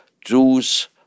Jews